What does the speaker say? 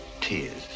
tears